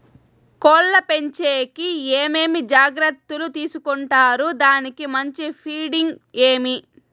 కోళ్ల పెంచేకి ఏమేమి జాగ్రత్తలు తీసుకొంటారు? దానికి మంచి ఫీడింగ్ ఏమి?